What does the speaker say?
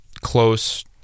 close